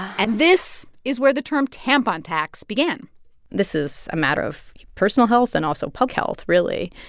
and this is where the term tampon tax began this is a matter of personal health and also public health, really.